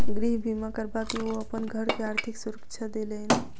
गृह बीमा करबा के ओ अपन घर के आर्थिक सुरक्षा देलैन